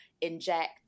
inject